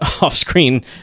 off-screen